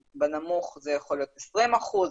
בנמוך זה יכול להיות 20 אחוזים,